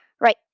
Right